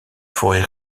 forêt